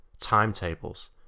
timetables